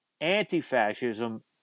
anti-fascism